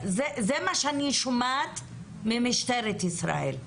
זה מה שאני שומעת ממשטרת ישראל,